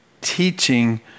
teaching